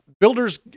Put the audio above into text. builders